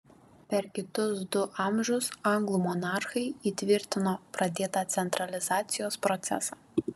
per kitus du amžius anglų monarchai įtvirtino pradėtą centralizacijos procesą